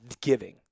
giving